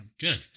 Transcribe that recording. Good